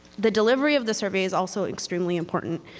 the delivery of the survey is also extremely important.